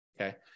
okay